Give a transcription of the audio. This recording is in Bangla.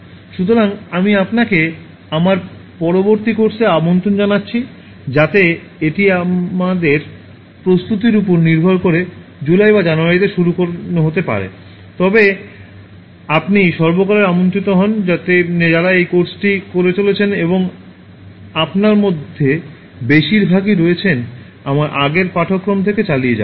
সুতরাং আমি আপনাকে আমার পরবর্তী কোর্সে আমন্ত্রণ জানাচ্ছি যাতে এটি আমাদের প্রস্তুতির উপর নির্ভর করে জুলাই বা জানুয়ারিতে শুরু হতে পারে তবে আপনি সর্বকালের আমন্ত্রিত হন যারা এই কোর্সটি করে চলেছেন এবং আপনার মধ্যে বেশিরভাগই রয়েছেন আমার আগের পাঠ্যক্রম থেকে চালিয়ে যাওয়া